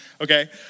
okay